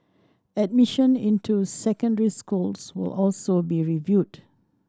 admission into secondary schools will also be reviewed